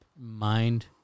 mind